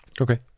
okay